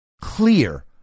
clear